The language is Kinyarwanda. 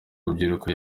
rubyiruko